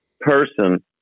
person